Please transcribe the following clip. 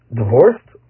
divorced